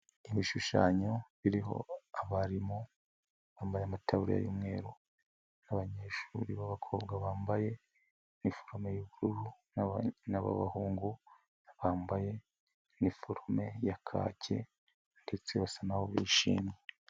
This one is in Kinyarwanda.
Ibishushanyo biriho abarimu bambaye mateburiya y'umweru, n'abanyeshuri b'abakobwa bambaye iniforume y'ubururu, n'abahungu bambaye iniforume ya kake ndetse basa n'aho bishimye.